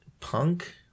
punk